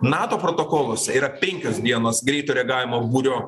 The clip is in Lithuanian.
nato protokoluose yra penkios dienos greito reagavimo būrio